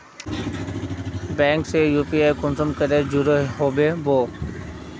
Bank से UPI कुंसम करे जुड़ो होबे बो?